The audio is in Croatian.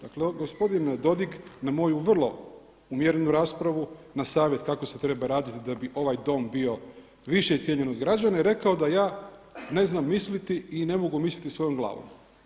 Dakle gospodin Dodig na moju vrlo umjerenu raspravu na savjet kako se treba raditi da bi ovaj Dom bio više cijenjen od građana je rekao da ja ne znam misliti i ne mogu misliti svojom glavom.